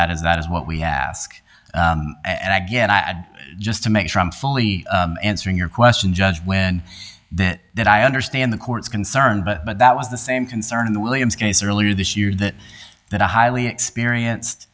that is that is what we ask and again i had just to make sure i'm fully answering your question judge when that that i understand the court's concern but that was the same concern the williams case earlier this year that that a highly experienced